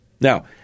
Now